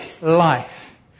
life